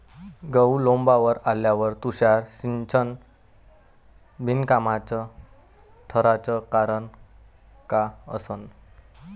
गहू लोम्बावर आल्यावर तुषार सिंचन बिनकामाचं ठराचं कारन का असन?